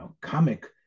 comic